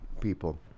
people